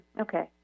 Okay